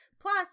Plus